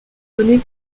données